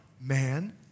man